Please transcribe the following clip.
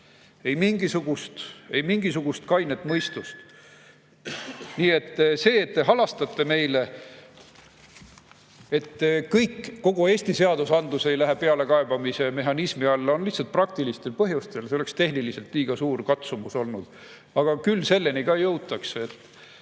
ei mingisugust kainet mõistust! Nii et see, et te halastate meile, et kogu Eesti seadusandlus ei lähe pealekaebamise mehhanismi alla, on lihtsalt praktilistel põhjustel. See oleks tehniliselt liiga suur katsumus olnud. Aga küll selleni ka jõutakse.